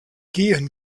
gehen